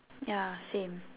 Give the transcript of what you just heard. ya same